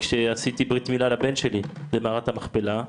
כשעשיתי ברית מילה לבן שלי במערת המכפלה,